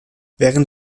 während